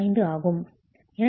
5 ஆகும்